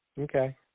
Okay